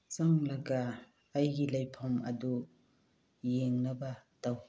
ꯆꯪꯂꯒ ꯑꯩꯒꯤ ꯂꯩꯐꯝ ꯑꯗꯨ ꯌꯦꯡꯅꯕ ꯇꯧ